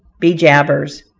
be-jabers,